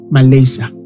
Malaysia